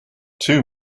too